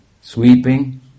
sweeping